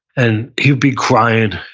and he'd be crying,